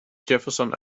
jefferson